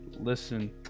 listen